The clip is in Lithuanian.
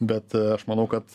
bet aš manau kad